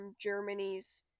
Germany's